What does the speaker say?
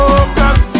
Focus